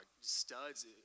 studs